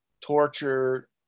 torture